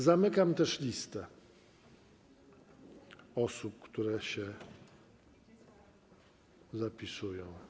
Zamykam też listę osób, które się zapisują.